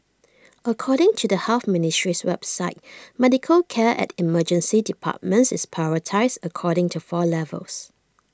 according to the health ministry's website medical care at emergency departments is prioritised according to four levels